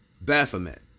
Baphomet